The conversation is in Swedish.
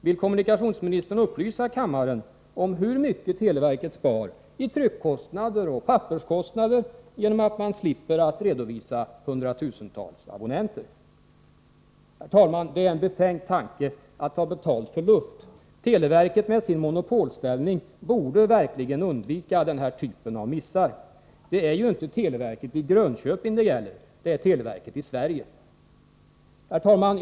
Vill kommunikationsministern upplysa kammaren om hur mycket televerket spar i tryckkostnader och papperskostnader genom att man slipper att redovisa hundratusentals abonnenter. Herr talman! Det är en befängd tanke att ta betalt för luft. Televerket, med sin monopolställning, borde verkligen undvika den här typen av missar. Det är ju inte televerket i Grönköping det gäller, utan televerket i Sverige! Herr talman!